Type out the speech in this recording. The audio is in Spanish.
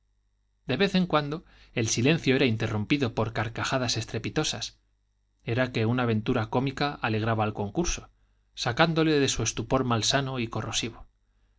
de vez en cuando el silencio era interrumpido por carcajadas estrepitosas era que una aventura cómica alegraba al concurso sacándole de su estupor malsano y corrosivo